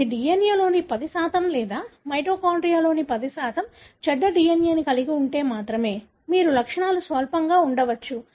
ఇది DNA లో 10 లేదా మైటోకాండ్రియాలో 10 చెడ్డ DNA ని కలిగి ఉంటే మాత్రమే మీ లక్షణాలు స్వల్పంగా ఉండవచ్చు